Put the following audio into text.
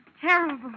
terrible